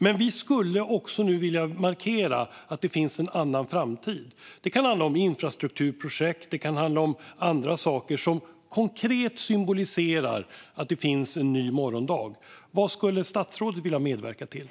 Men nu vill vi markera att det finns en annan framtid. Det kan handla om infrastrukturprojekt eller annat som konkret symboliserar att det finns en ny morgondag. Vad skulle statsrådet vilja medverka till?